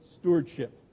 stewardship